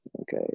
okay